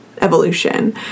evolution